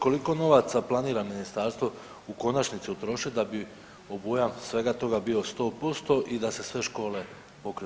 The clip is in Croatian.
Koliko novaca planira ministarstvo u konačnici utrošiti da bi obujam svega toga bio što …/nerazumljivo/… i da se sve škole pokrene